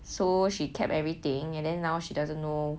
so she kept everything and then now she doesn't know